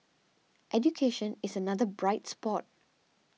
education is another bright spot